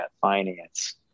finance